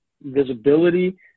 visibility